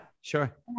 sure